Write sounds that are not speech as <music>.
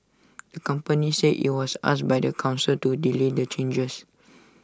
<noise> the company said IT was asked by the Council to delay the changes